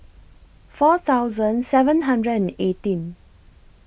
four thousand seven hundred and eighteen